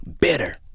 Bitter